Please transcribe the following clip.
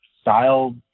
style